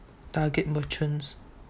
target merchants